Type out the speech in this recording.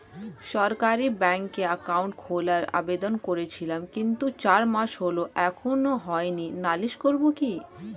সরকারি ব্যাংকে একাউন্ট খোলার আবেদন করেছিলাম কিন্তু চার মাস হল এখনো হয়নি নালিশ করব কি?